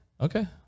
Okay